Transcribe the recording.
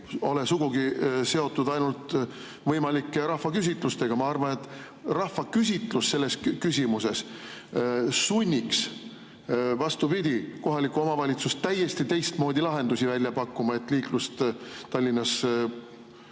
ole sugugi seotud ainult võimalike rahvaküsitlustega. Ma arvan, et rahvaküsitlus selles küsimuses sunniks, vastupidi, kohalikku omavalitsust täiesti teistmoodi lahendusi välja pakkuma, et liiklust Tallinnas